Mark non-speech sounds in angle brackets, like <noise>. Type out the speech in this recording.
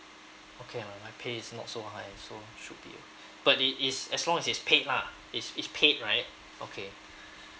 okay lah my pay is not so high also should be but it is as long as it's paid lah it's it's paid right okay <breath>